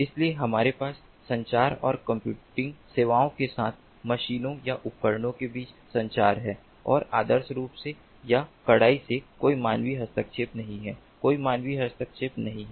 इसलिए हमारे पास संचार और कंप्यूटिंग सुविधाओं के साथ मशीनों या उपकरणों के बीच संचार है और आदर्श रूप से या कड़ाई से कोई मानवीय हस्तक्षेप नहीं है कोई मानवीय हस्तक्षेप नहीं है